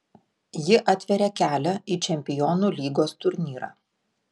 ji atveria kelią į čempionų lygos turnyrą